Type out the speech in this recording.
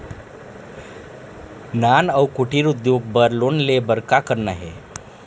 नान अउ कुटीर उद्योग बर लोन ले बर का करना हे?